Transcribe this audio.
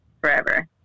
forever